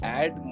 add